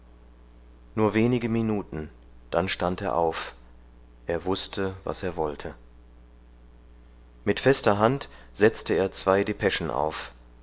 nur wenige minuten dann stand er auf er wußte was er wollte mit fester hand setzte er zwei depeschen auf